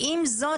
עם זאת,